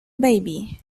baby